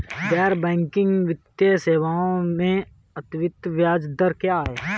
गैर बैंकिंग वित्तीय सेवाओं में आवर्ती ब्याज दर क्या है?